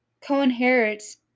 co-inherits